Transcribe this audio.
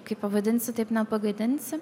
kaip pavadinsi taip nepagadinsi